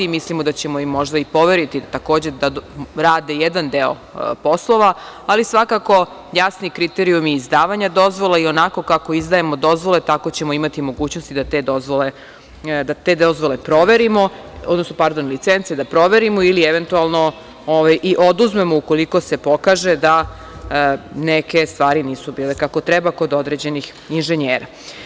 Mislimo da ćemo im možda i poveriti da rade jedan deo poslova, ali svakako jasni kriterijumi izdavanja dozvole i onako kako izdajemo dozvole tako ćemo imati mogućnosti da te dozvole proverimo, pardon licence da proverimo ili eventualno i oduzmemo ukoliko se pokaže da neke stvari nisu bile kako treba kod određenih inženjera.